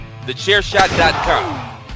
TheChairShot.com